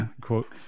quote